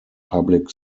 public